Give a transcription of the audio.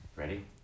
Ready